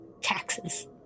Taxes